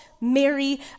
Mary